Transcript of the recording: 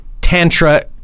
Tantra